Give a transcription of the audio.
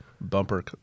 bumper